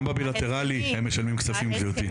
גם בבילטרליים הם משלמים כספים גברתי.